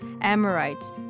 Amorites